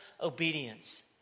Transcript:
obedience